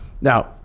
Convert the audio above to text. Now